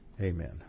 Amen